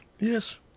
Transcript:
Yes